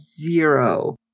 zero